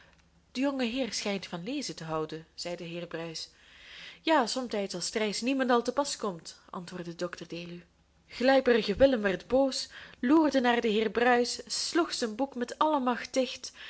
de jonge heer schijnt van lezen te houden zei de heer bruis ja somtijds als t reis niemendal te pas komt antwoordde dr deluw gluiperige willem werd boos loerde naar den heer bruis sloeg zijn boek met alle macht dicht